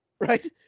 right